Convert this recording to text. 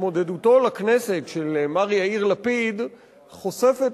שהתמודדותו לכנסת של מר יאיר לפיד חושפת